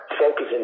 focusing